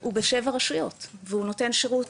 הוא בשבע רשויות והוא נותן שירות